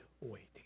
waiting